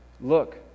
Look